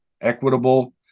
equitable